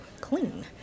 clean